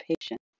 patient